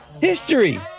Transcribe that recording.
history